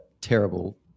terrible